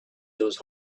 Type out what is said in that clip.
those